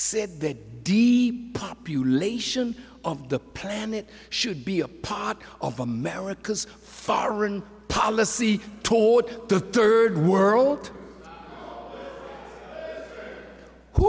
said that de population of the planet should be a part of america's foreign policy toward the third world who